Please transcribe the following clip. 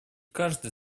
каждый